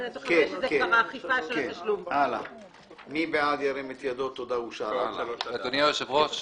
לא נכון שיהיו להם קופות רושמות,